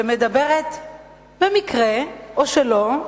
שמדברת במקרה, או שלא,